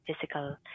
physical